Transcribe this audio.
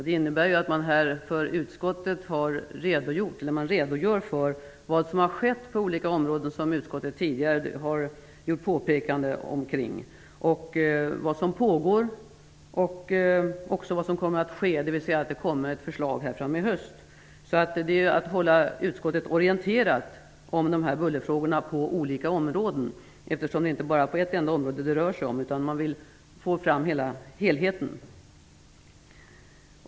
Det innebär att regeringen för utskottet har redogjort för vad som har skett på olika områden som utskottet tidigare har uttalat sig om. Det gäller även vad som kommer att ske, dvs. det kommer ett förslag i höst. Det har varit fråga om att hålla utskottet orienterat om bullerfrågorna på olika områden. Det rör sig inte bara om ett enda område. Man vill få fram helheten.